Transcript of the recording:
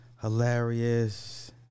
Hilarious